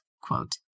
quote